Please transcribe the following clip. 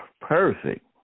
perfect